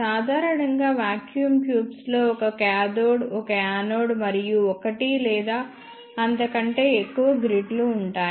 సాధారణంగా vacuum tubes లో ఒక కాథోడ్ ఒక యానోడ్ మరియు ఒకటి లేదా అంతకంటే ఎక్కువ గ్రిడ్లు ఉంటాయి